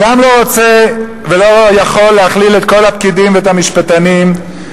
אני גם לא רוצה ולא יכול להכליל את כל הפקידים ואת המשפטנים.